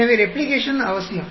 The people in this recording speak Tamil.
எனவே ரெப்ளிகேஷன் அவசியம்